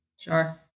Sure